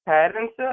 Parents